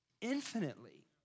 infinitely